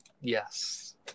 yes